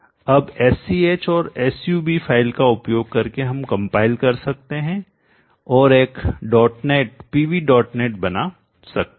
अब sch और sub file का उपयोग करके हम कंपाइल कर सकते हैं और एक dot net PV dot net बना सकते हैं